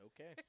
Okay